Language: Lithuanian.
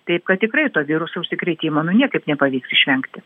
taip kad tikrai to viruso užsikrėtimo nu niekaip nepavyks išvengti